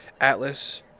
Atlas